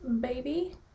baby